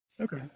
Okay